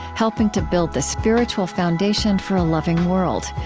helping to build the spiritual foundation for a loving world.